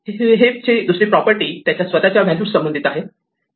heap ची दूसरी property त्याच्या स्वतःच्या व्हॅल्यूज संबंधित आहे